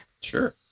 Sure